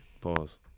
Pause